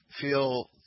feel